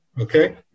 Okay